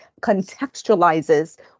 contextualizes